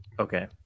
Okay